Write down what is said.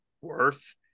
worth